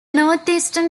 northeastern